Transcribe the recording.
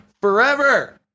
forever